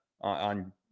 on